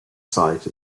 site